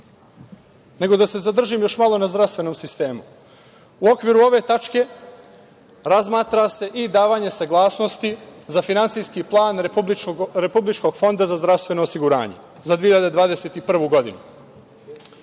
Nego, da se zadržim još malo na zdravstvenom sistemu. U okviru ove tačke razmatra se i davanje saglasnosti za finansijski plan Republičkog fonda za zdravstveno osiguranje za 2021. godinu.